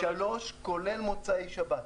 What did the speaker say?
גם שלוש, כולל מוצאי שבת.